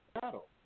battle